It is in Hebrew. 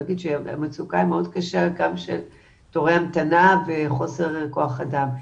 המצוקה היא מאוד קשה גם של תורי המתנה והחוסר בכח אדם.